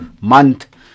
month